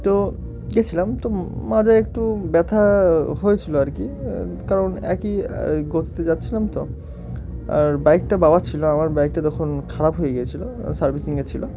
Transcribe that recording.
তো গিয়েছিলাম তো মাঝে একটু ব্যথা হয়েছিলো আর কি কারণ একই গতিতে যাচ্ছিলাম তো আর বাইকটা বাবারা ছিল আমার বাইকটা তখন খারাপ হয়ে গিয়েছিলো সার্ভিসিংয়ে ছিল